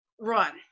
run